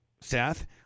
Seth